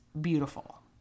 beautiful